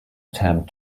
attempt